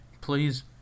please